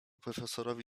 profesorowi